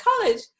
college